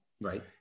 Right